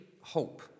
hope